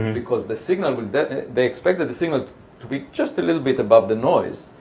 and because the signal will they expected the signal to be just a little bit above the noise,